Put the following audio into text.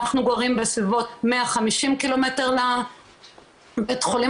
אנחנו גרים בסביבות 150 ק"מ לבית חולים